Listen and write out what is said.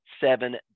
seven